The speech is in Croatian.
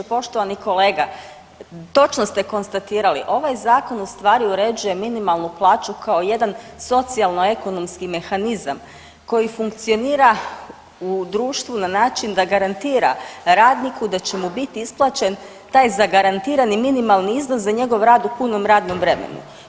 Poštovani kolega točno ste konstatirali ovaj Zakon ustvari uređuje minimalnu plaću kao jedan socijalno-ekonomski mehanizam koji funkcionira u društvu na način da garantira radniku da će mu biti isplaćen taj zagarantirani minimalni iznos u njegov rad u punom radnom vremenu.